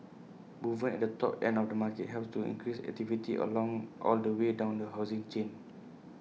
movement at the top end of the market helps to increase activity along all the way down the housing chain